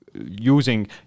Using